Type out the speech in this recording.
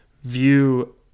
view